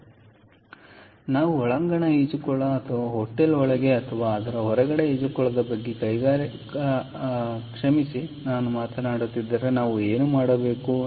ಆದ್ದರಿಂದ ನಾವು ಒಳಾಂಗಣ ಈಜುಕೊಳ ಅಥವಾ ಹೋಟೆಲ್ ಒಳಗೆ ಅಥವಾ ಅದರ ಹೊರಗಡೆಯ ಈಜುಕೊಳದ ಬಗ್ಗೆ ಮಾತನಾಡುತ್ತಿದ್ದರೆ ನಾವು ಏನು ಮಾಡಬೇಕು